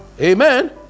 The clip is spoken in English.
Amen